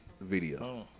video